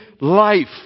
life